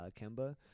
Kemba